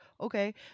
okay